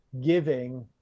giving